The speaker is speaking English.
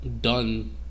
done